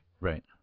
Right